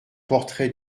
portrait